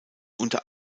unter